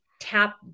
tap